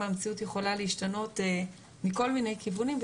המציאות יכולה להשתנות מכל מיני כיוונים,